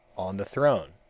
on the throne,